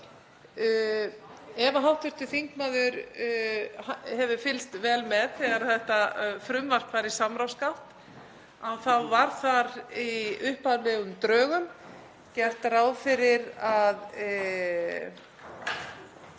Ef hv. þingmaður hefur fylgst vel með þegar þetta frumvarp var í samráðsgátt þá var í upphaflegum drögum gert ráð fyrir að